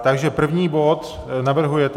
Takže první bod navrhujete.